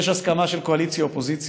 יש הסכמה של קואליציה-אופוזיציה.